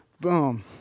boom